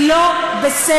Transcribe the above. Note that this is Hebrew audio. היא לא בסדר.